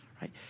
right